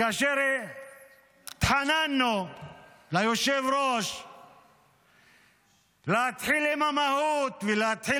כאשר התחננו ליושב-ראש להתחיל עם המהות ולהתחיל